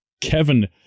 Kevin